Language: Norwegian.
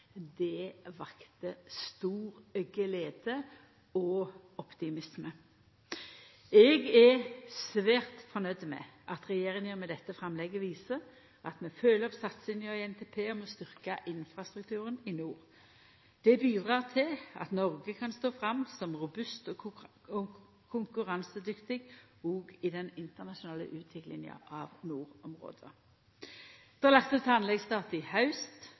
Det vekte stor glede og optimisme. Eg er svært fornøgd med at regjeringa med dette framlegget viser at vi følgjer opp satsinga i NTP om å styrkja infrastrukturen i nord. Det bidreg til at Noreg kan stå fram som robust og konkurransedyktig òg i den internasjonale utviklinga av nordområda. Det er lagt opp til anleggsstart i haust.